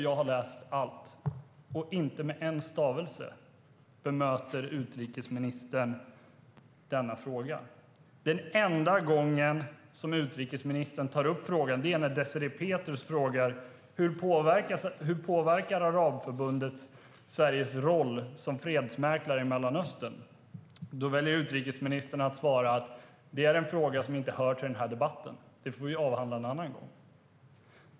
Jag har läst allt, och inte med en stavelse svarar utrikesministern på denna fråga. Enda gången utrikesministern tar upp frågan är när Désirée Pethrus frågar: Hur påverkar Arabförbundet Sveriges roll som fredsmäklare i Mellanöstern? Då väljer utrikesministern att svara: Det är en fråga som inte hör till den här debatten. Det får vi avhandla någon annan gång.